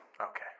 Okay